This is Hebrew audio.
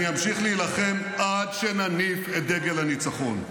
אני אמשיך להילחם עד שנניף את דגל הניצחון.